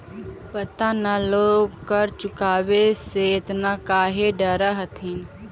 पता न लोग कर चुकावे से एतना काहे डरऽ हथिन